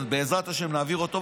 ובעזרת השם נעביר אותו,